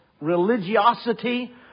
religiosity